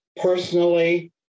personally